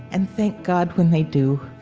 and thank god when they do